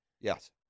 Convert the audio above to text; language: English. Yes